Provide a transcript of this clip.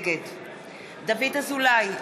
נגד דוד אזולאי,